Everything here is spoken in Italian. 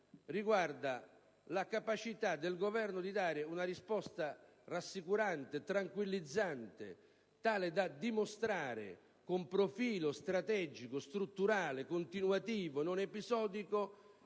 riguardano la capacità del Governo di dare una risposta rassicurante, tranquillizzante, tale da dimostrare, con profilo strategico, strutturale, continuativo e non episodico,